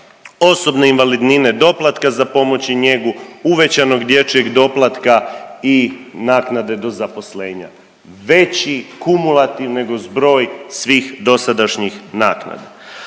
osobne invalidnine, doplatka za pomoć i njegu, uvećanog dječjeg doplatka i naknade do zaposlenja. Veći kumulativ nego zbroj svih dosadašnjih naknada.